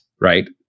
right